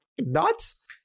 nuts